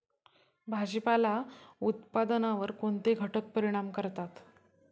भाजीपाला उत्पादनावर कोणते घटक परिणाम करतात?